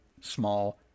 small